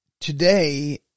today